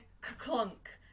clunk